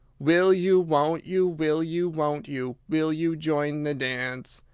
will you, won't you, will you, won't you, will you join the dance?